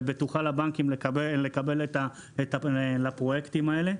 ובטוחה לבנקים לקבל את הפרויקטים האלה,